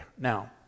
Now